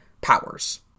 powers